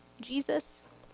Jesus